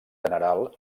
general